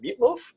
meatloaf